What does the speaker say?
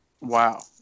Wow